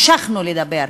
המשכנו לדבר,